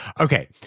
Okay